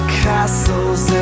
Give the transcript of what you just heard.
castles